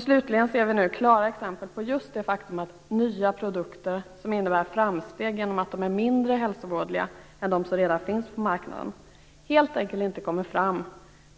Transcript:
Slutligen ser vi klara exempel på just det faktum att nya produkter, som innebär framsteg genom att de är mindre hälsovådliga än de som redan finns på marknaden, helt enkelt inte kommer fram